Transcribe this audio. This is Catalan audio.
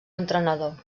entrenador